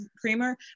creamer